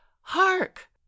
hark